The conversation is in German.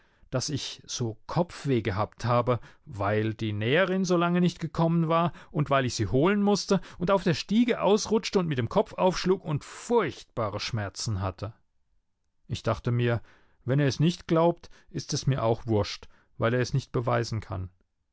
daß ich so kopfweh gehabt habe weil die näherin so lange nicht gekommen war und weil ich sie holen mußte und auf der stiege ausrutschte und mit dem kopf aufschlug und furchtbare schmerzen hatte ich dachte mir wenn er es nicht glaubt ist es mir auch wurscht weil er es nicht beweisen kann